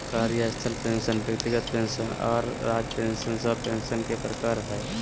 कार्यस्थल पेंशन व्यक्तिगत पेंशन आर राज्य पेंशन सब पेंशन के प्रकार हय